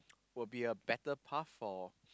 will be a better path or